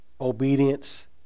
obedience